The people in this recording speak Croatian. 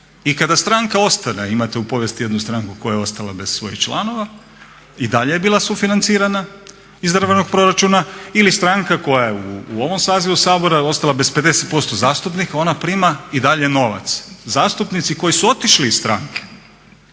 I kada stranka ostavlja, imate u povijesti jednu stranku koja je ostala bez svojih članova i dalje je bila sufinancirana iz državnog proračuna, ili stranka koja je u ovom sazivu Sabora ostala bez 50% zastupnika, ona prima i dalje novac. Zastupnici koji su otišli iz stranke